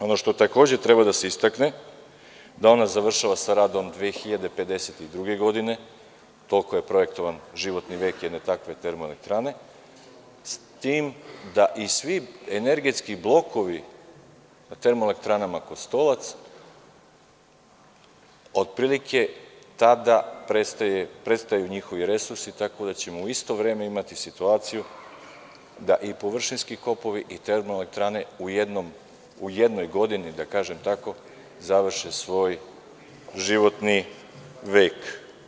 Ono što takođe treba da se istakne jeste da ona završava sa radom 2052. godine, koliko je projektovan životni vek jedne takve termoelektrane, s tim da i svi energetski blokovi u termoelektranama Kostolac, otprilike tada prestaju njihovi resursi, tako da ćemo u isto vreme imati situaciju da i površinski kopovi i termoelektrane u jednoj godini, da tako kažem, završe svoj životni vek.